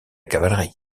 cavalerie